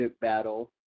battle